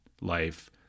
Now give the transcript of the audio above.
life